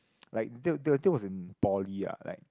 like that that that was in poly ah like